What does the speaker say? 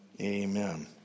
amen